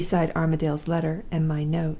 beside armadale's letter and my note,